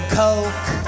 coke